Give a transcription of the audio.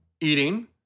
eating